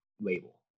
label